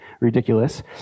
ridiculous